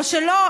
או שלא,